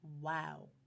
Wow